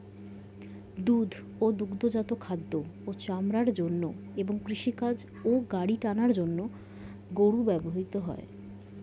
দুধ ও দুগ্ধজাত খাদ্য ও চামড়ার জন্য এবং কৃষিকাজ ও গাড়ি টানার কাজে গরু ব্যবহৃত হয়